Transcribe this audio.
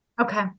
Okay